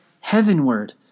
heavenward